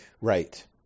Right